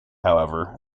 however